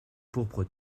pourpre